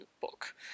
book